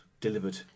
delivered